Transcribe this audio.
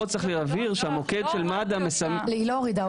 פה צריך להבהיר שהמוקד של מד"א --- היא לא הורידה.